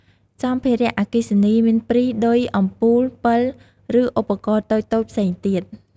សម្ភារៈអគ្គិសនី មានព្រី ឌុយ អំពូល ពិល ឬឧបករណ៍តូចៗផ្សេងទៀត។